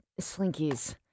Slinkies